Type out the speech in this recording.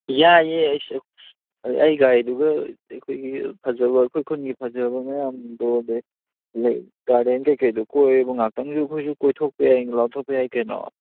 ꯌꯥꯏꯌꯦ ꯏꯁ ꯑꯩ ꯒꯥꯔꯤꯗꯨꯒ ꯑꯩꯈꯣꯏꯒꯤ ꯐꯖꯕ ꯑꯩꯈꯣꯏ ꯈꯨꯟꯒꯤ ꯐꯖꯕ ꯃꯌꯥꯝ ꯒꯥꯔꯗꯦꯟ ꯀꯔꯤ ꯀꯔꯤꯗꯨ ꯀꯣꯏꯕ ꯉꯥꯛꯇꯪꯁꯨ ꯑꯩꯈꯣꯏꯁꯨ ꯀꯣꯏꯊꯣꯛꯄ ꯌꯥꯏ ꯂꯥꯛꯊꯣꯛꯄ ꯌꯥꯏ ꯀꯩꯅꯣ